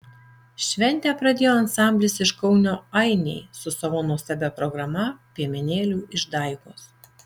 šventę pradėjo ansamblis iš kauno ainiai su savo nuostabia programa piemenėlių išdaigos